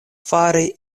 fari